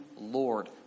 Lord